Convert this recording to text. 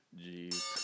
Jeez